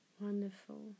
wonderful